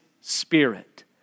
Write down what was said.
Spirit